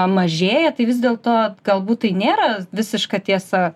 mažėja tai vis dėlto galbūt tai nėra visiška tiesa